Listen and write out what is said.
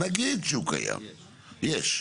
נגיד שהוא קיים, יש.